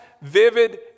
Vivid